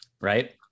Right